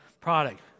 product